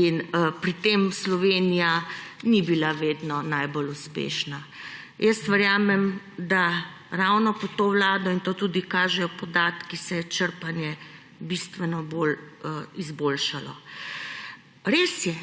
in pri tem Slovenija ni bila vedno najbolj uspešna. Jaz verjamem, da ravno pod to vlado – in to tudi kažejo podatki – se je črpanje bistveno bolj izboljšalo. Res je,